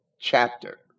chapter